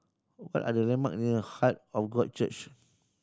what are the landmarks near Heart of God Church